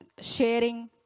sharing